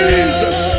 Jesus